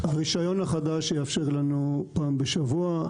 הרישיון החדש יאפשר לנו פעם בשבוע.